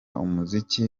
umuziki